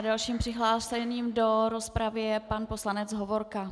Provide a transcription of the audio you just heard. Dalším přihlášeným do rozpravy je pan poslanec Hovorka.